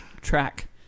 track